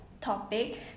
topic